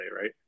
right